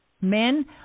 Men